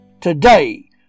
Today